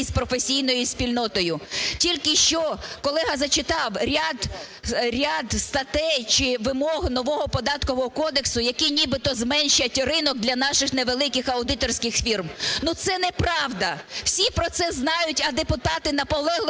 із професійною спільнотою. Тільки що колега зачитав ряд статей чи вимог нового Податкового кодексу, які нібито зменшать ринок для наших невеликих аудиторських фірм. Ну, це неправда! Всі про це знають, а депутати наполегливо